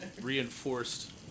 reinforced